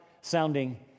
sounding